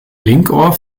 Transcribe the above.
linkohr